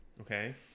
okay